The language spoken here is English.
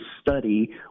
study